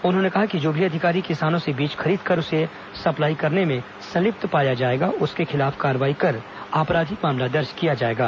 उन्होंने कहा कि जो भी अधिकारी किसानों से बीज खरीदकर उसे सप्लाई करने में संलिप्त पाया जाएगा उसके खिलाफ कार्रवाई कर आपराधिक मामला दर्ज किया जाएगा